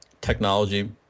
technology